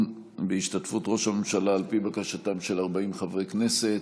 בהשתתפות ראש הממשלה על פי בקשתם של 40 חברי כנסת.